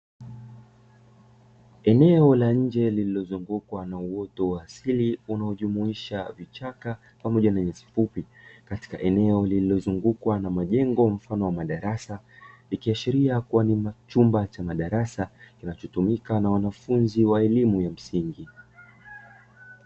Eneo la nje lililozungukwa na uoto wa asili unaojumuisha vichaka pamoja na nyasi fupi katika eneo lililozungukwa na majengo mfano wa madarasa, ikiashiria kuwa ni chumba cha madarasa kinachotumika na wanafunzi wa elimu ya msingi.